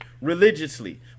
religiously